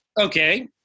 Okay